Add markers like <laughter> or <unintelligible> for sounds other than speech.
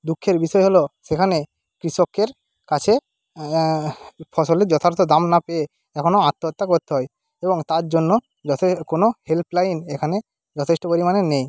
দুঃখের বিষয় হলো সেখানে কৃষকের কাছে ফসলের যথার্থ দাম না পেয়ে এখনও আত্মহত্যা করতে হয় এবং তার জন্য <unintelligible> কোনো হেল্পলাইন এখানে যথেষ্ট পরিমাণে নেই